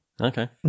okay